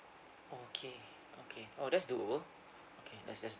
okay okay oh that's doable okay that's that's